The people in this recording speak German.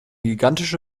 gigantische